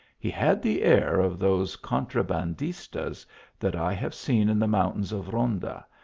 he had the air of those contrabandistas that i have seen in the mountains of ronda,